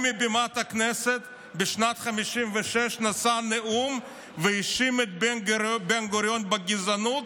על בימת הכנסת הוא נשא נאום בשנת 1956 והאשים את בן-גוריון בגזענות,